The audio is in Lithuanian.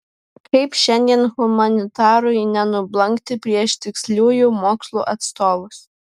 kaip šiandien humanitarui nenublankti prieš tiksliųjų mokslų atstovus